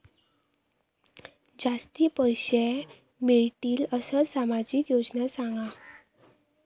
जास्ती पैशे मिळतील असो सामाजिक योजना सांगा?